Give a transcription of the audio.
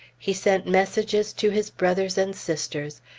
he sent messages to his brothers and sisters,